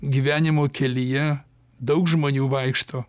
gyvenimo kelyje daug žmonių vaikšto